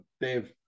Dave